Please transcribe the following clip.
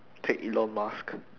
take elon musk